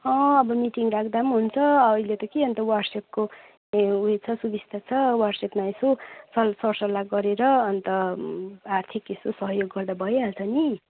अबो मिटिङ राख्दा पनि हुन्छ अहिले त के अन्त वाट्सएपको ए उयो छ सुविस्ता छ वाट्सएपमा यसो सल सरसल्लाह गरेर अन्त आर्थिक यसो सहयोग गर्दा भइहाल्छ नि